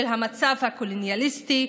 של המצב הקולוניאליסטי,